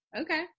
Okay